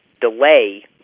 delay